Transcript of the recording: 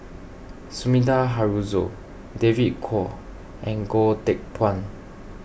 Sumida Haruzo David Kwo and Goh Teck Phuan